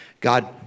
God